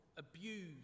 abused